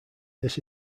this